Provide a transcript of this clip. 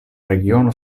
regiono